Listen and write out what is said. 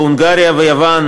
בהונגריה וביוון